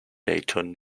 dayton